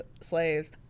slaves